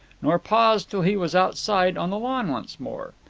nor paused till he was outside on the lawn once more.